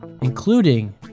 including